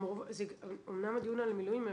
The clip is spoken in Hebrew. אמנם הדיון על המילואים,